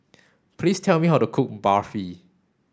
please tell me how to cook Barfi